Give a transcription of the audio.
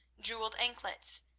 jewelled anklets,